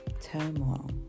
turmoil